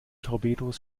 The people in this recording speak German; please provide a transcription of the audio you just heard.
torpedos